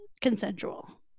consensual